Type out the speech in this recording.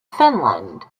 finland